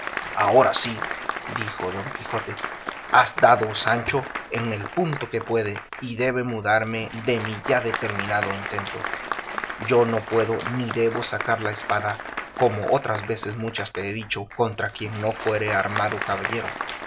ahora sí dijo don quijote has dado sancho en el punto que puede y debe mudarme de mi ya determinado intento yo no puedo ni debo sacar la espada como otras veces muchas te he dicho contra quien no fuere armado caballero